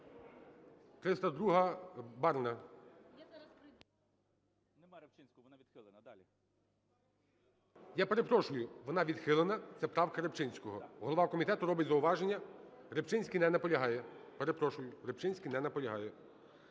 302-а, Барна. Я перепрошую, вона відхилена. Це правка Рибчинського. Голова комітету робить зауваження. Рибчинський не наполягає, перепрошую. Рибчинський не наполягає.